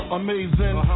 amazing